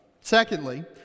Secondly